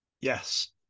Yes